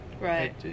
Right